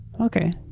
Okay